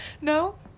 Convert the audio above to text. No